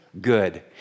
good